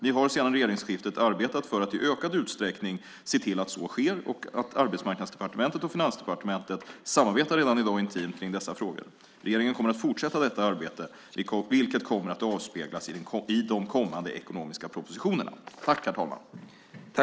Vi har, sedan regeringsskiftet, arbetat för att i ökad utsträckning se till att så sker, och Arbetsmarknadsdepartementet och Finansdepartementet samarbetar redan i dag intimt kring dessa frågor. Regeringen kommer att fortsätta detta arbete, vilket kommer att avspeglas i de kommande ekonomiska propositionerna.